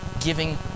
giving